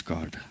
God